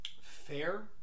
fair